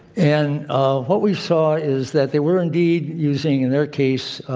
and ah what we saw is that they were indeed using, in their case,